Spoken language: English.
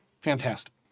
Fantastic